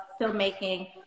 filmmaking